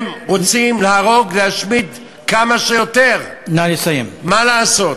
הם רוצים להרוג, להשמיד, כמה שיותר, מה לעשות.